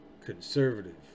conservative